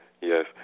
Yes